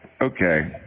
Okay